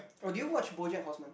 oh do you watch BoJack-Horseman